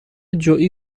جویی